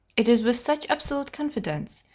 it is with such absolute confidence,